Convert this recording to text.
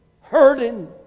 hurting